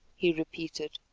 he repeated.